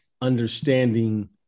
understanding